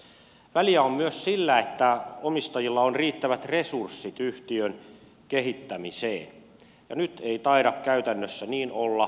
väliä on myös sillä että omistajilla on riittävät resurssit yhtiön kehittämiseen ja nyt ei taida käytännössä niin olla